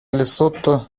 лесото